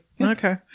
Okay